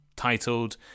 titled